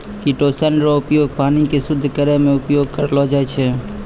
chitosan रो उपयोग पानी के शुद्ध करै मे उपयोग करलो जाय छै